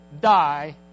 die